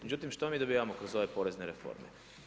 Međutim, što mi dobivamo kroz ove porezne reforme?